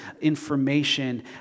information